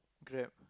Grab